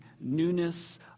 newness